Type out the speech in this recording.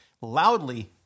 loudly